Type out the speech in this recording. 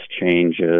changes